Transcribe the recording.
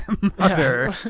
mother